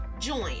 join